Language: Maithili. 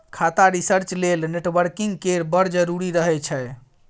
खाता रिसर्च लेल नेटवर्किंग केर बड़ जरुरी रहय छै